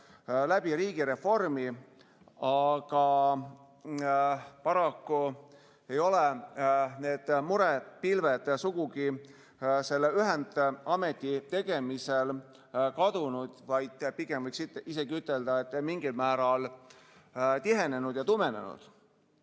läbi riigireformi. Aga paraku ei ole murepilved sugugi selle ühendameti tegemisega kadunud, vaid pigem võiks isegi ütelda, et mingil määral tihenenud ja tumenenud.